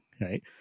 Right